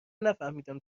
نفهمیدیم